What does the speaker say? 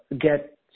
get